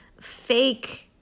fake-